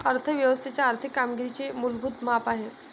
अर्थ व्यवस्थेच्या आर्थिक कामगिरीचे मूलभूत माप आहे